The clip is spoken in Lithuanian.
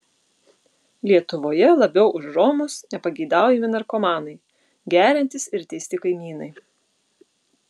lietuvoje labiau už romus nepageidaujami narkomanai geriantys ir teisti kaimynai